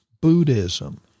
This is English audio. Buddhism